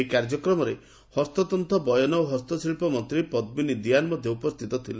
ଏହି କାର୍ଯ୍ୟକ୍ରମରେ ହସ୍ତତ୍ତ ବୟନ ଓ ହସ୍ତଶିଳ୍ ମନ୍ତୀ ପଦ୍ମିନୀ ଦିଆନ୍ ମଧ୍ଧ ଉପସ୍ଥିତ ଥିଲେ